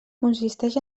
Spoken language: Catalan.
consisteix